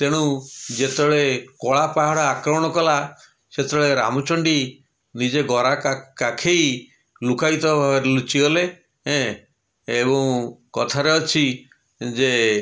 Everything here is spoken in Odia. ତେଣୁ ଯେତେବେଳେ କଳାପାହାଡ଼ ଆକ୍ରମଣ କଲା ସେତେବେଳେ ରାମଚଣ୍ଡୀ ନିଜେ ଗରା କା କାଖେଇ ଲୁକାୟିତ ଲୁଚିଗଲେ ଏଁ ଏଣୁ କଥାରେ ଅଛି ଯେ